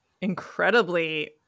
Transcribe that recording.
incredibly